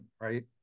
right